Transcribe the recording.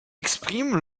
exprime